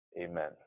Amen